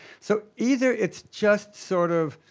so either it's just sort of,